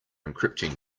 encrypting